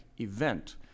event